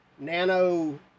Nano